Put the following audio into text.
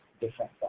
different